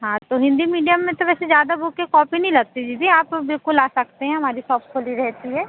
हाँ तो हिन्दी मीडियम में तो वैसे जादा बुक या कॉपी नहीं लगती दीदी आप बिल्कुल आ सकते हैं हमारी सॉप खुली रहती है